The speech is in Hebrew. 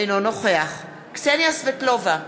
אינו נוכח קסניה סבטלובה,